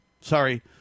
sorry